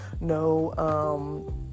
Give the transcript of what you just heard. no